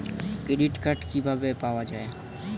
Credit card কিভাবে পাওয়া য়ায়?